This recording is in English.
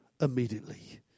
immediately